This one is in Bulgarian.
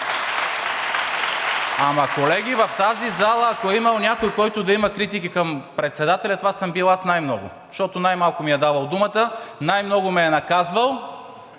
ако в тази зала е имало някой, който да има критики към председателя, това съм бил аз – най-много, защото най-малко ми е давал думата, най-много ме е наказвал